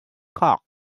cock